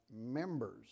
members